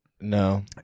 No